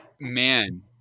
man